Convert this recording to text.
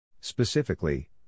Specifically